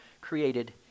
created